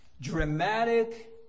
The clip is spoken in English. dramatic